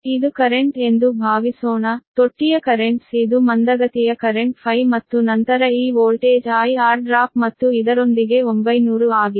ಇದು ಕರೆಂಟ್ ಎಂದು ಭಾವಿಸೋಣ ತೊಟ್ಟಿಯ ಕರೆಂಟ್ಸ್ ಇದು ಮಂದಗತಿಯ ಪ್ರಸ್ತುತ Φ ಮತ್ತು ನಂತರ ಈ ವೋಲ್ಟೇಜ್ I R ಡ್ರಾಪ್ ಮತ್ತು ಇದರೊಂದಿಗೆ 900 ಆಗಿದೆ